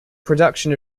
production